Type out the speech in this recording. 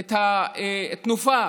את התנופה